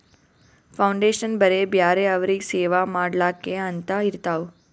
foundation ಬರೇ ಬ್ಯಾರೆ ಅವ್ರಿಗ್ ಸೇವಾ ಮಾಡ್ಲಾಕೆ ಅಂತೆ ಇರ್ತಾವ್